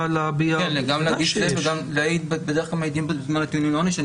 להביע --- בדרך כלל מעידים בטיעון לעונש.